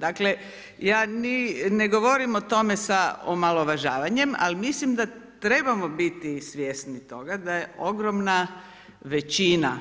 Dakle ja ne govorim o tome sa omalovažavanjem, ali mislim da trebamo biti svjesni toga da je ogromna većina